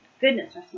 Goodness